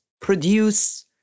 produce